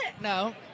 No